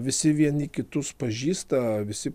visi vieni kitus pažįsta visi